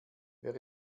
wer